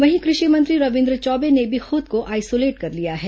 वहीं कृषि मंत्री रविन्द्र चौबे ने भी खुद को आइसोलेट कर लिया है